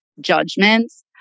judgments